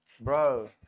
Bro